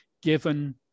given